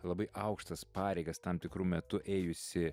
labai aukštas pareigas tam tikru metu ėjusį